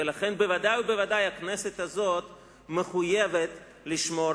ולכן ודאי וודאי שהכנסת הזאת מחויבת לשמור